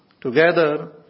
together